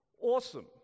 Awesome